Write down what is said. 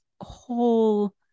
whole